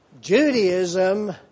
Judaism